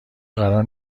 قرار